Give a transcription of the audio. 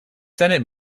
senate